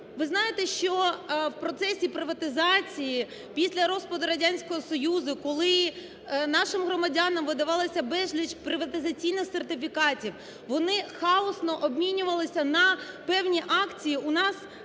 Ви знаєте, що в процесі приватизації після розпаду Радянського союзу, коли нашим громадянам видавалося безліч приватизаційних сертифікатів, вони хаосно обмінювалися на певні акції. У нас